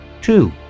Two